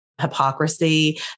hypocrisy